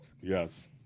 Yes